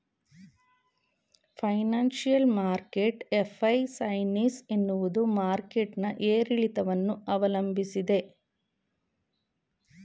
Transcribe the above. financial market efficiency ಎನ್ನುವುದು market ನ ಏರಿಳಿತವನ್ನು ಅವಲಂಬಿಸಿದೆ